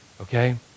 okay